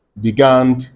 began